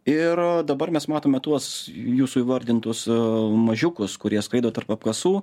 ir dabar mes matome tuos jūsų įvardintus mažiukus kurie skraido tarp apkasų